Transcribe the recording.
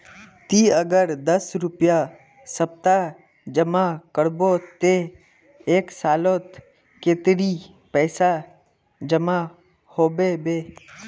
ती अगर दस रुपया सप्ताह जमा करबो ते एक सालोत कतेरी पैसा जमा होबे बे?